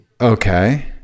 okay